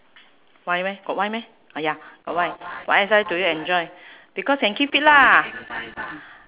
why meh got why meh ah ya but why what exercise do you enjoy because can keep fit lah